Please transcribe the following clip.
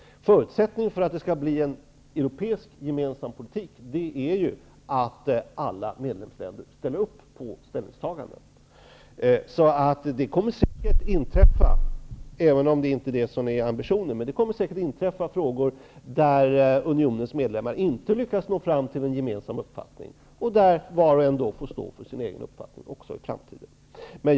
Förutsättningen för att det skall bli en gemensam europeisk politik är att alla medlemsländer ställer upp på ställningstagandena inom unionen. Även om detta inte är ambitionen kommer det säkert att uppkomma frågor där man inom unionen inte lyckas nå fram till en gemensam uppfattning, och då får var och en stå för sin egen uppfattning också i framtiden.